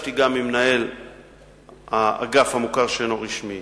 ביקשתי גם ממנהל האגף המוכר שאינו רשמי